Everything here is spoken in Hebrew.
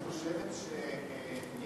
את חושבת שילד